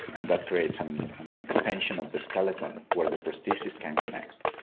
and that creates and an extension of the skeleton where the prosthesis can connect.